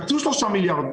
כלומר שלושה מיליארד,